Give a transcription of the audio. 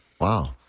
Wow